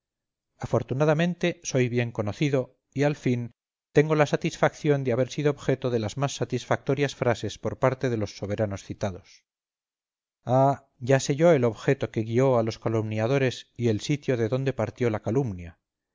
afortunadamente soy bien conocido y al fin tengo la satisfacción de haber sido objeto de las más satisfactorias frases por parte de los soberanos citados ah ya sé yo el objeto que guió a los calumniadores y el sitio de donde partió la calumnia